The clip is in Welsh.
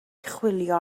chwilio